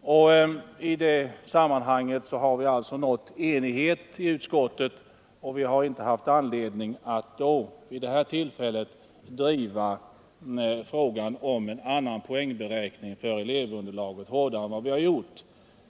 propositionen. I detta sammanhang har alltså enighet nåtts i utskottet, och vi har från vårt håll därför inte haft anledning att vid detta tillfälle driva frågan om en annan poängberäkning för elevunderlaget hårdare än vi har gjort.